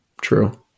True